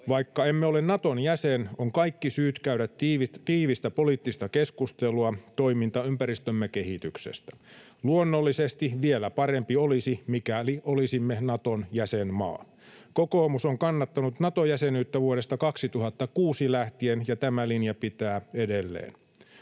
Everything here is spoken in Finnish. Vaikka emme ole Naton jäsen, on kaikki syyt käydä tiivistä poliittista keskustelua toimintaympäristömme kehityksestä. Luonnollisesti vielä parempi olisi, mikäli olisimme Naton jäsenmaa. Kokoomus on kannattanut Nato-jäsenyyttä vuodesta 2006 lähtien, ja tämä linja pitää edelleen.